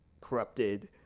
corrupted